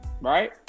right